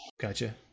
Gotcha